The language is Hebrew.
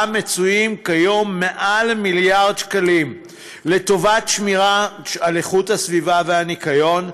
שמצויים בה כיום יותר ממיליארד שקלים לשמירה על הסביבה ועל הניקיון,